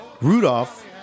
Rudolph